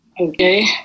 Okay